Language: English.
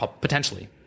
potentially